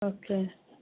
okay